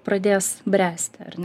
pradės bręsti ar ne